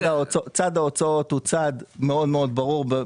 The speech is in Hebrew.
צד ההוצאות הוא מאוד ברור.